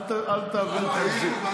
אל תגזים.